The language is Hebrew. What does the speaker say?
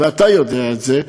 ואתה יודע את זה,